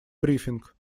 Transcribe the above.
брифинг